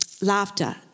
laughter